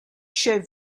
showed